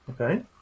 Okay